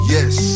Yes